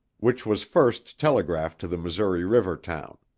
which was first telegraphed to the missouri river town.